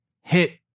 hit